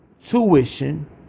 tuition